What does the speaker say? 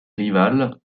rival